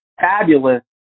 fabulous